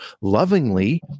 lovingly